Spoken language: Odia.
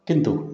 କିନ୍ତୁ